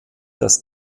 dass